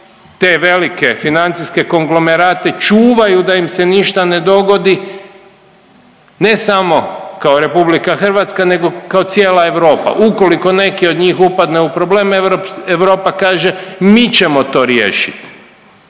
te velike financijske konglomerate čuvaju da im se ništa ne dogodi, ne samo kao RH nego kao cijela Europa. Ukoliko neki od njih upadne u problem Europa kaže mi ćemo to riješit.